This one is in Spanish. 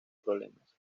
problemas